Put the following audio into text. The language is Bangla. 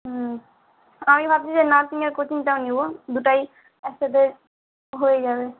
হুম আমি ভাবছি যে নার্সিংয়ের কোচিংটাও নেবো দুটোই একসাথে হয়েই যাবে